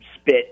spit